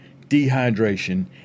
dehydration